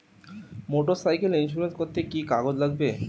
Motorcycle insurance করতে কি কি কাগজ লাগবে?